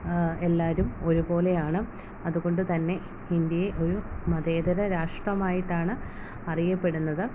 എല്ലാവരും ഒരുപോലെ ആണ് അതുകൊണ്ടു തന്നെ ഇന്ത്യയെ ഒരു മതേതര രാഷ്ട്രമായിട്ടാണ് അറിയപ്പെടുന്നത്